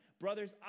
Brothers